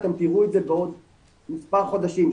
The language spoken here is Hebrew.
אתם תראו את זה בעוד מס' חודשים,